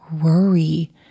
worry